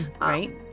right